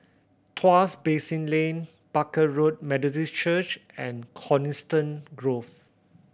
Tuas Basin Lane Barker Road Methodist Church and Coniston Grove